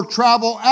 travel